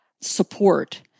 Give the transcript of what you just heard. support